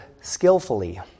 skillfully